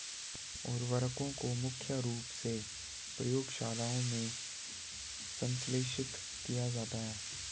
उर्वरकों को मुख्य रूप से प्रयोगशालाओं में संश्लेषित किया जाता है